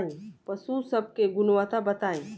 पशु सब के गुणवत्ता बताई?